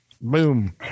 Boom